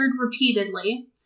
repeatedly